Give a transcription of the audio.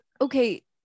Okay